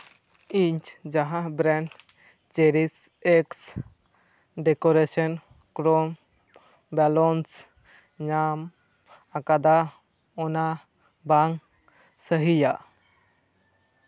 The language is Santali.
ᱤᱧ ᱡᱟᱦᱟᱸ brand cherish x decoration from balloons ᱧᱟᱢ ᱟᱠᱟᱫᱟ ᱚᱱᱟ ᱵᱟᱝ ᱥᱟᱹᱦᱤᱭᱟ